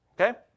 Okay